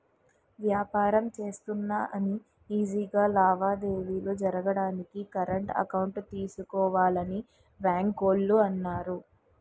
వ్యాపారం చేస్తున్నా అని ఈజీ గా లావాదేవీలు జరగడానికి కరెంట్ అకౌంట్ తీసుకోవాలని బాంకోల్లు అన్నారు